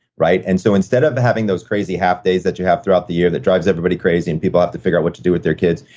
right? and so instead of but having those crazy half days that you have throughout the year that drives everybody crazy and people have to figure out what to do with their kids,